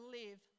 live